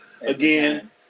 Again